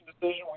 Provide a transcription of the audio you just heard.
decision